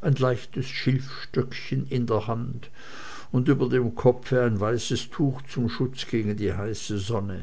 ein leichtes schilfstöckchen in der hand und über dem kopfe ein weißes tuch zum schutze gegen die heiße sonne